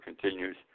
continues